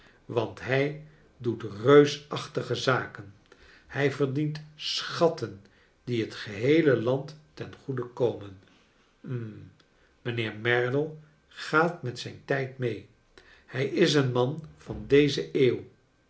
want hij doet reusachtige zaken hij verdient schatten die het geheele land ten goede komen hm mijnheer merdle gaat met zijn tijd me hij is een man van deze eeuw